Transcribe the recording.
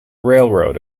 railroad